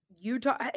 Utah